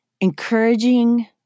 encouraging